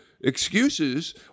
excuses